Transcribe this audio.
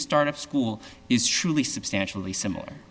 start of school is truly substantially similar